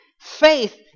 Faith